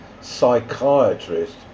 psychiatrist